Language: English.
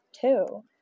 Two